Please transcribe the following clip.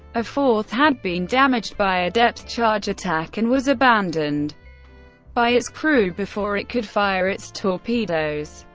a fourth had been damaged by a depth charge attack and was abandoned by its crew before it could fire its torpedoes.